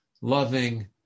loving